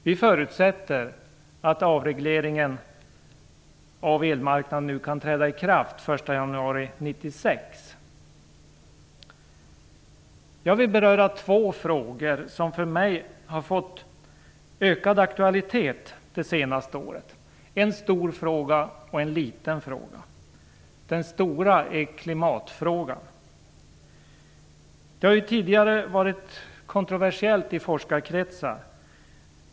Vi förutsätter att avregleringen av elmarknaden nu kan träda i kraft den Jag vill beröra två frågor som för mig har fått ökad aktualitet det senaste året, en stor fråga och en liten fråga. Den stora är klimatfrågan. Den har ju tidigare varit kontroversiell i forskarkretsar.